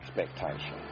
expectation